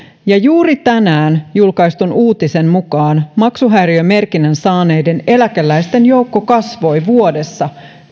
juuri tänään julkaistun uutisen mukaan maksuhäiriömerkinnän saaneiden eläkeläisten joukko kasvoi vuodessa